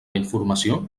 informació